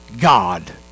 God